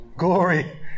glory